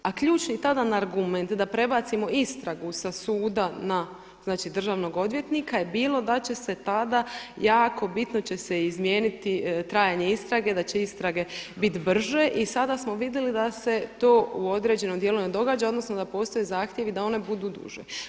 A ključni tada argument da prebacimo istragu sa suda na državnog odvjetnika je bilo da će se tada, jako bitno će se izmijeniti trajanje istrage, da će istrage biti brže i sada smo vidjeli da se to u određenom dijelu ne događa odnosno da postoje zahtjevi da one budu duže.